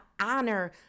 honor